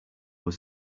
was